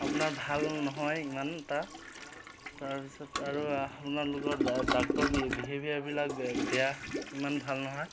আপোনাৰ ভাল নহয় ইমান এটা তাৰপিছত আৰু আপোনালোকৰ ডাক্তৰৰ বি বিহেভিয়াৰবিলাক বে বেয়া ইমান ভাল নহয়